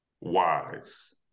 wise